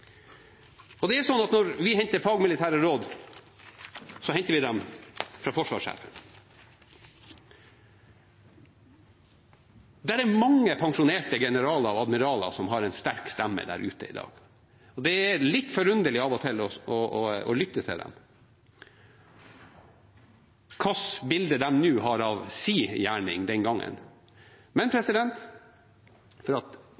Når vi henter fagmilitære råd, henter vi dem fra forsvarssjefen. Det er mange pensjonerte generaler og admiraler som har en sterk stemme der ute i dag. Det er litt forunderlig av og til å lytte til dem om hva slags bilde de nå har av sin gjerning den gangen. Men for at